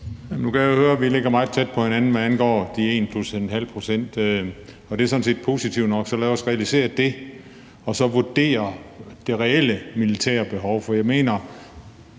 Nu kan jeg høre, at vi ligger meget tæt på hinanden, hvad angår de 1 plus 0,5 pct., og det er sådan set positivt nok. Så lad os realisere det og så vurdere det reelle militære behov,